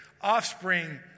offspring